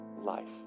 life